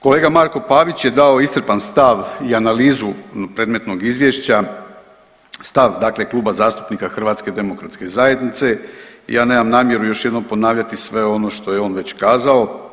Kolega Marko Pavić je dao iscrpan stav i analizu predmetnog izvješća, stav dakle Kluba zastupnika HDZ-a i ja nemam namjeru ponavljati sve ono što je on već kazao.